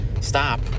stop